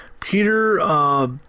Peter